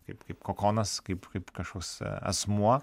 kaip kaip kokonas kaip kaip kažkoks asmuo